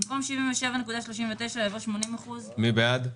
במקום 77.39 יבוא 80%. מי בעד?